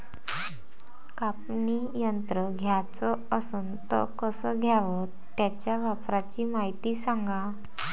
कापनी यंत्र घ्याचं असन त कस घ्याव? त्याच्या वापराची मायती सांगा